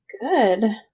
Good